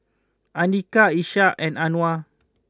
Andika Ishak and Anuar